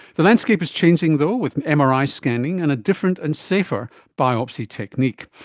the landscape is changing though, with mri scanning and a different and safer biopsy technique.